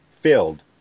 filled